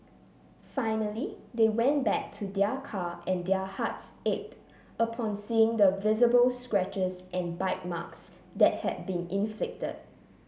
finally they went back to their car and their hearts ached upon seeing the visible scratches and bite marks that had been inflicted